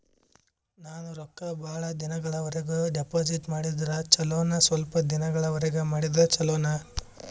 ನಾನು ರೊಕ್ಕ ಬಹಳ ದಿನಗಳವರೆಗೆ ಡಿಪಾಜಿಟ್ ಮಾಡಿದ್ರ ಚೊಲೋನ ಸ್ವಲ್ಪ ದಿನಗಳವರೆಗೆ ಮಾಡಿದ್ರಾ ಚೊಲೋನ?